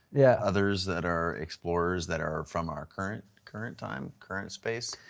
yeah others that are explorers that are from our current current time, current space?